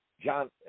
John